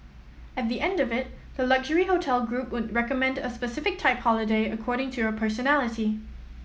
at the end of it the luxury hotel group would recommend a specific type holiday according to your personality